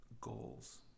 goals